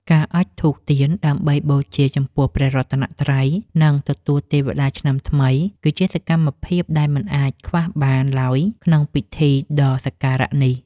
ការអុជធូបទៀនដើម្បីបូជាចំពោះព្រះរតនត្រ័យ និងទទួលទេវតាឆ្នាំថ្មី គឺជាសកម្មភាពដែលមិនអាចខ្វះបានឡើយក្នុងពិធីដ៏សក្ការៈនេះ។